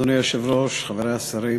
אדוני היושב-ראש, חברי השרים,